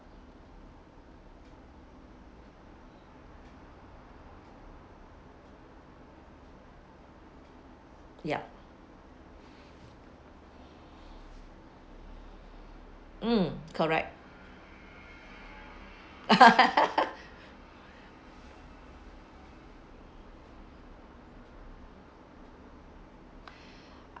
yup mm correct